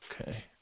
okay